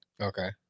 Okay